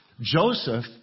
Joseph